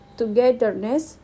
togetherness